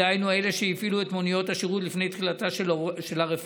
דהיינו אלה שהפעילו את מוניות השירות לפני תחילתה של הרפורמה,